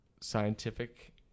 scientific